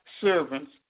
servants